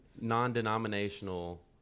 non-denominational